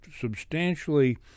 substantially